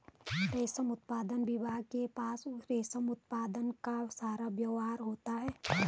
रेशम उत्पादन विभाग के पास रेशम उत्पादन का सारा ब्यौरा होता है